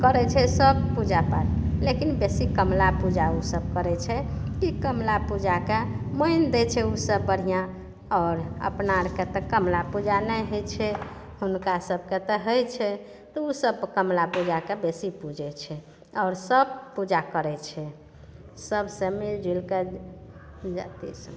करै छै सब पूजा पाठ लेकिन बेसी कमला पूजा ओसभ करै छै बेसी कमला पूजाके मानि दै छै ओसभ बढ़िआँ आओर अपना आओरके तऽ कमला पूजा नहि होइ छै हुनका सभकेँ तऽ होइ छै तऽ ओसभ कमला पूजाके बेसी पुजै छै आओर सब पूजा करै छै सबसे मिलिजुलिके